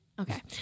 okay